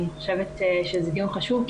אני חושבת שזה דיון חשוב,